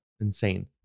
Insane